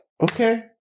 Okay